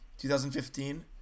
2015